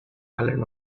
island